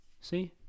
See